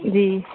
जी